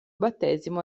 battesimo